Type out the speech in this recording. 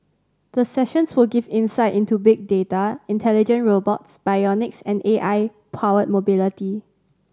the sessions will give insight into big data intelligent robots bionics and A I powered mobility